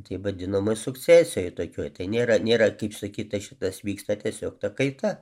taip vadinamoj sukcesijoj tokioj tai nėra nėra kaip sakyta šitas vyksta tiesiog ta kaita